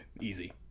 Easy